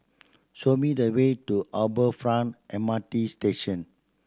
show me the way to Harbour Front M R T Station